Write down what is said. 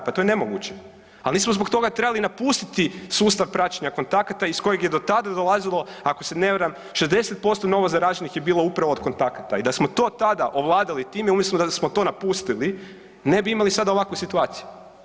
Pa to je nemoguće, al nismo zbog toga trebali napustiti sustav praćenja kontakata iz kojeg je do tada dolazilo, ako se ne varam, 60% novozaraženih je bilo upravo od kontakata i da smo to tada ovladali time umjesto da smo to napustili ne bi imali sad ovakvu situaciju.